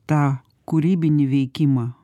tą kūrybinį veikimą